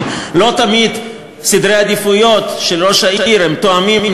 כי לא תמיד סדרי העדיפויות של ראש העיר תואמים את